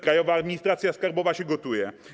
Krajowa Administracja Skarbowa się gotuje.